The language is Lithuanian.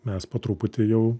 mes po truputį jau